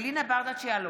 אלינה ברדץ' יאלוב,